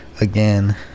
again